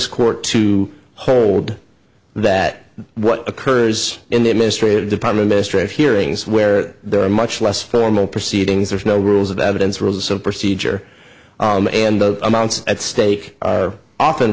court to hold that what occurs in the administrative department ministry of hearings where there are much less formal proceedings there's no rules of evidence rules of procedure and the amounts at stake are often